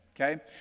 Okay